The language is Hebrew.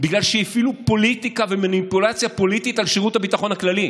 בגלל שהפעילו פוליטיקה ומניפולציה פוליטית על שירות הביטחון הכללי.